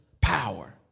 power